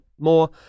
more